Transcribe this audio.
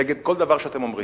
נגד כל דבר שאתם אומרים.